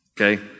Okay